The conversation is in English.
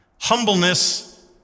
Humbleness